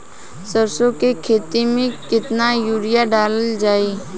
सरसों के खेती में केतना यूरिया डालल जाई?